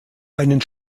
einen